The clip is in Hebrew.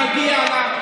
מגיע לה.